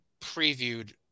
previewed